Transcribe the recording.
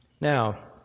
Now